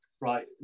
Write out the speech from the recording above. right